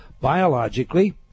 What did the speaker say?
Biologically